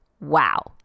Wow